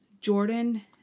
Jordan